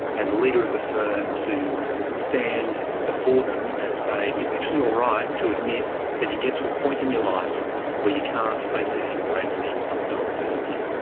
as a leader of the firm to stand before them and say, it's actually all right to admit that you get to a point in your life where you can't face it any more and you need someone else to help you.